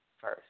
first